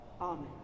Amen